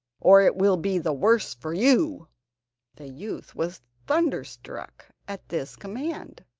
or it will be the worse for you the youth was thunderstruck at this command,